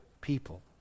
people